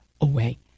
away